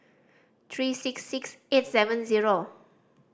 three six six eight seven zero